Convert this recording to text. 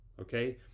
Okay